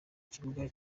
kibuga